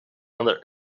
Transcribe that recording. another